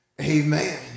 amen